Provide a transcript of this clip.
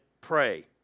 Pray